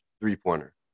three-pointer